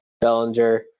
Bellinger